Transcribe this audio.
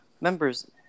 members